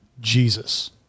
Jesus